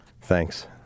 Thanks